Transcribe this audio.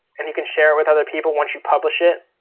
and you can share with other people once you publish it.